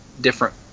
different